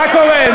מה קורה?